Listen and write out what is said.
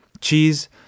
Cheese